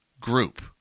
group